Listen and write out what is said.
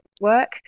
work